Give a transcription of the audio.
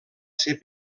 ser